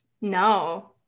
No